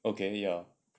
okay ya